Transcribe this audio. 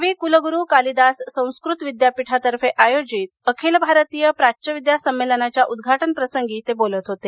कवि कुलगुरु कालिदास संस्कृत विद्यापिठातर्फे आयोजित अखिल भारतीय प्राच्यविद्या संमेलनाच्या उद्वाटनप्रसंगी ते बोलत होते